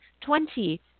twenty